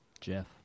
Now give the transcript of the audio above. Jeff